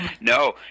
No